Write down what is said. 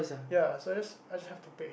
ya so just I just have to pay